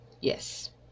Yes